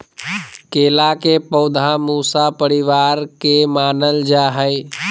केला के पौधा मूसा परिवार के मानल जा हई